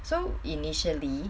so initially